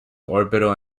orbital